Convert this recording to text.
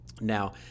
now